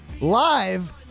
live